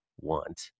want